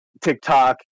TikTok